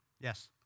Yes